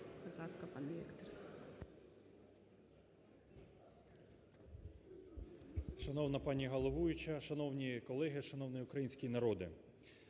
Будь ласка, пане Віктор.